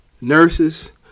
nurses